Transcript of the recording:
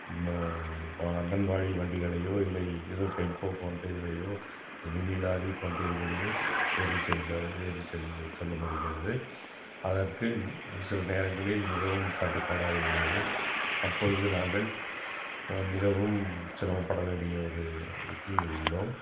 பா அங்கன்வாடி வண்டிகளையோ இல்லை ஏதோ டெம்போ போன்ற இதிலையோ மினி லாரி போன்ற இதுகள்லியோ ஏறி செல்ல ஏறி செல்ல செல்ல முடியாது அதற்கு முழு சில நேரங்களில் மிகவும் தட்டுப்பாடாக உள்ளது அப்பொழுது நாங்கள் மிகவும் சிரமப்படவேண்டிய ஒரு இதில் உள்ளோம்